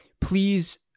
please